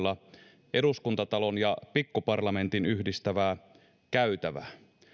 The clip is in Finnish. mennä potkulaudoilla eduskuntatalon ja pikkuparlamentin yhdistävää käytävää